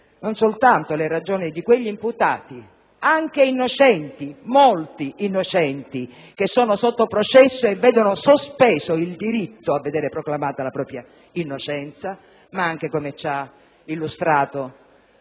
non soltanto le ragioni di quegli imputati, anche innocenti (molto innocenti) che sono sotto processo e che vedono sospeso il diritto a vedere proclamata la propria innocenza, ma anche - come ci ha illustrato